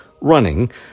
running